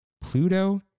Pluto